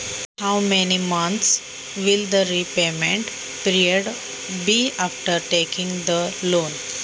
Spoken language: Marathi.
कर्ज घेतल्यावर परतफेडीचा कालावधी किती महिन्यांचा असेल?